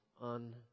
on